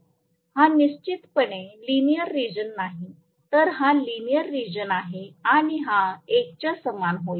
हा निश्चितपणे linear region नाही तर हा लिनिअर रिजन आहे आणि हा 1 च्या समान होईल